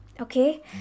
okay